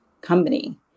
company